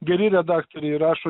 geri redaktoriai rašo